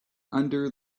under